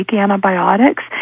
antibiotics